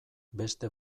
beste